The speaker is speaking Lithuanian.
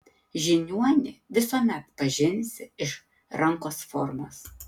žiniuonį visuomet pažinsi iš rankos formos